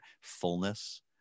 fullness